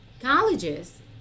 colleges